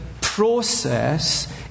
process